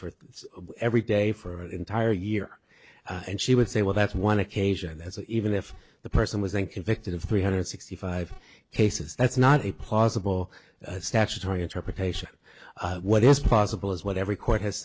for every day for an entire year and she would say well that's one occasion that even if the person was in convicted of three hundred sixty five cases that's not a possible statutory interpretation what is possible is what every court has